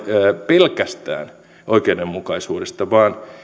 pelkästään oikeudenmukaisuudesta vaan